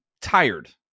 tired